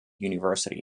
university